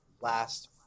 last